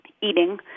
eating